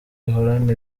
ihorana